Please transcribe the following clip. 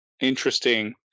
Interesting